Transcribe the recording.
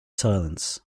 silence